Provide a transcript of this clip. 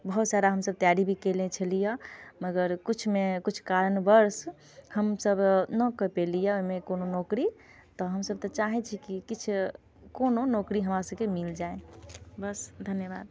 बहुत सारा हम सभ तैयारी भी कयने छेली है मगर किछुमे किछु कारणवश हम सभ न कऽ पेलियै ओइमे कोनो नौकरी तऽ हम सभ तऽ चाहै छी कि किछु कोनो नौकरी हमरा सभके मिल जाइ बस धन्यवाद